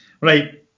right